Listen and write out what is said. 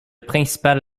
principal